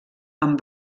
amb